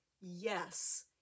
Yes